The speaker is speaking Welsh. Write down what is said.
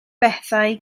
bethau